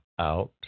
out